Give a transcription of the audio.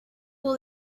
will